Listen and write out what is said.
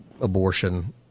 abortion